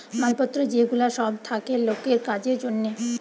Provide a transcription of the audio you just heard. মাল পত্র যে গুলা সব থাকে লোকের কাজের জন্যে